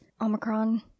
Omicron